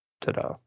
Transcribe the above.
Ta-da